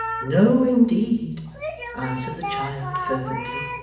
no, indeed answered the child fervently,